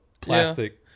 plastic